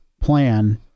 plan